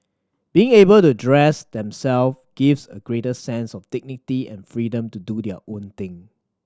being able to dress themselves gives a greater sense of dignity and freedom to do their own thing